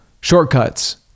shortcuts